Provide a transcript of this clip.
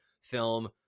film